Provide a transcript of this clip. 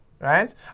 Right